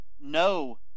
no